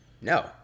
no